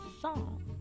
song